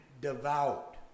devout